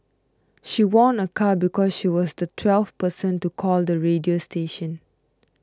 she won a car because she was the twelfth person to call the radio station